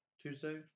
Tuesday